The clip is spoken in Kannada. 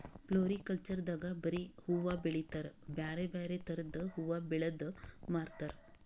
ಫ್ಲೋರಿಕಲ್ಚರ್ ದಾಗ್ ಬರಿ ಹೂವಾ ಬೆಳಿತಾರ್ ಬ್ಯಾರೆ ಬ್ಯಾರೆ ಥರದ್ ಹೂವಾ ಬೆಳದ್ ಮಾರ್ತಾರ್